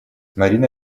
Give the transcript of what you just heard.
марина